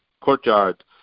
courtyard